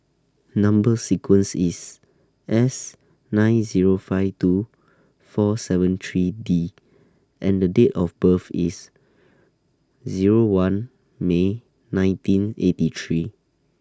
Number sequence IS S nine Zero five two four seven three D and The Date of birth IS Zero one May nineteen eighty three